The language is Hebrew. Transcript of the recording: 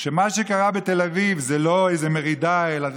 שמה שקרה בתל אביב זה לא איזה מרידה אלא